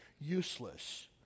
useless